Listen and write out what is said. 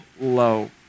low